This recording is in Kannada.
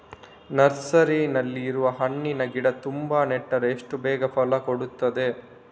ನರ್ಸರಿನಲ್ಲಿ ಇರುವ ಹಣ್ಣಿನ ಗಿಡ ತಂದು ನೆಟ್ರೆ ಎಷ್ಟು ಬೇಗ ಫಲ ಕೊಡ್ತದೆ